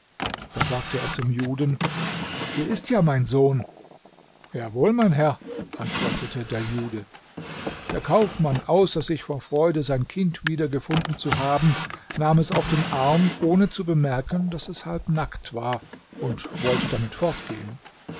da sagte er zum juden hier ist ja mein sohn jawohl mein herr antwortete der jude der kaufmann außer sich vor freude sein kind wiedergefunden zu haben nahm es auf den arm ohne zu bemerken daß es halb nackt war und wollte damit fortgehen